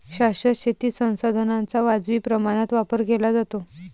शाश्वत शेतीत संसाधनांचा वाजवी प्रमाणात वापर केला जातो